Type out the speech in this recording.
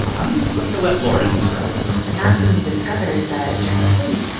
i'm going to let laura describe it and that's when we discovered that during sleep,